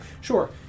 Sure